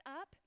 up